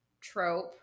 trope